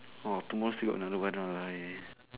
hor tomorrow still got another one !waliao! eh